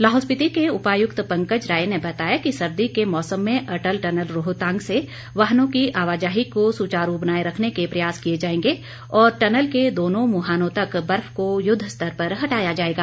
लाहौल स्पिति के उपायुक्त पंकज राय ने बताया कि सर्दी के मौसम में अटल टनल रोहतांग से वाहनों की आवाजाही को सुचारू बनाए रखने के प्रयास किए जाएंगे और टनल के दोनों मुहानों तक बर्फ को युद्ध स्तर पर हटाया जाएगा